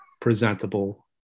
presentable